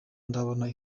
ndabona